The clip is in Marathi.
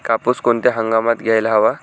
कापूस कोणत्या हंगामात घ्यायला हवा?